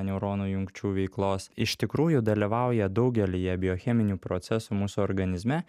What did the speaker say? neuronų jungčių veiklos iš tikrųjų dalyvauja daugelyje biocheminių procesų mūsų organizme